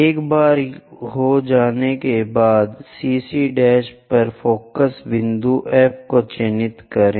एक बार हो जाने के बाद CC' पर फोकस बिंदु F को चिह्नित करें